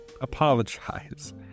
apologize